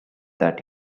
that